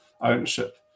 ownership